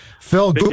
Phil